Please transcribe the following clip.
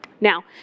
Now